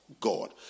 God